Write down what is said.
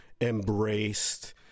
embraced